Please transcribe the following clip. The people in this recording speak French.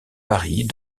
paris